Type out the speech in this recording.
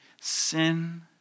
sin